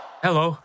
Hello